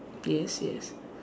yes yes